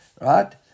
right